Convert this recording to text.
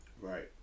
Right